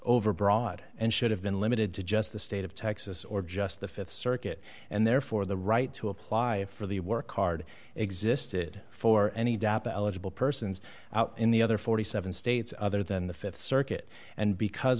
overbroad and should have been limited to just the state of texas or just the th circuit and therefore the right to apply for the work card existed for any data eligible persons in the other forty seven states other than the th circuit and because